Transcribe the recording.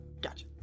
Gotcha